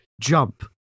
Jump